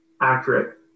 accurate